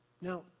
Now